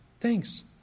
thanks